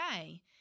okay